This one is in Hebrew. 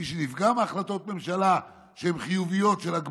מי שנפגע מהחלטות ממשלה של הגבלות,